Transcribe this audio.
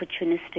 opportunistic